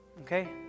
Okay